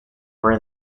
were